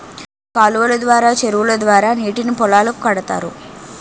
కాలువలు ద్వారా చెరువుల ద్వారా నీటిని పొలాలకు కడతారు